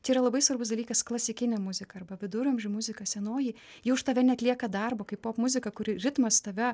čia yra labai svarbus dalykas klasikinė muzika arba viduramžių muzika senoji ji už tave neatlieka darbo kai popmuzika kuri ritmas tave